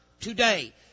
today